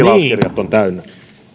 tilauskirjat ovat täynnä